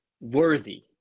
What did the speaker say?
worthy